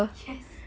yes